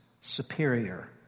superior